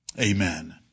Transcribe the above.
Amen